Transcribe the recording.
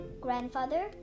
Grandfather